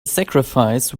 sacrifice